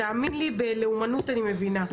תאמין לי, בלאומנות אני מבינה.